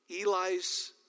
Eli's